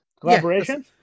collaboration